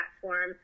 platform